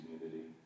community